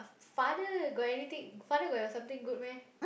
father got anything father got something good meh